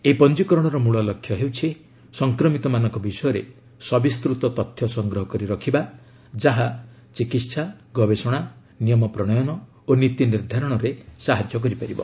ଏହି ପଞ୍ଜିକରଣର ମୂଳ ଲକ୍ଷ୍ୟ ହେଉଛି ସଂକ୍ରମିତମାନଙ୍କ ବିଷୟରେ ସବିସ୍ତୃତ ତଥ୍ୟ ସଂଗ୍ରହ କରି ରଖିବା ଯାହା ଚିକିତ୍ସା ଗବେଷଣା ନିୟମ ପ୍ରଶୟନ ଓ ନୀତି ନିର୍ଦ୍ଧାରଣରେ ସାହାଯ୍ୟ କରିପାରିବ